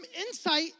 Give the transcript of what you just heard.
insight